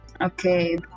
Okay